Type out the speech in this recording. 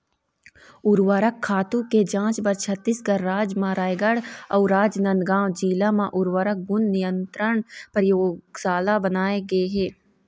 उरवरक खातू के जांच बर छत्तीसगढ़ राज म रायगढ़ अउ राजनांदगांव जिला म उर्वरक गुन नियंत्रन परयोगसाला बनाए गे हे